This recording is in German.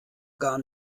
gar